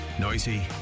noisy